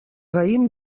raïm